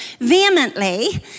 vehemently